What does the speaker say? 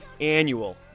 annual